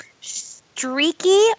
Streaky